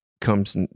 comes